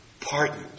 pardoned